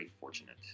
Fortunate